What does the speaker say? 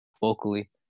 vocally